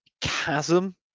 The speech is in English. chasm